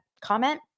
comment